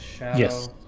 Yes